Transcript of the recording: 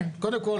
קודם כל,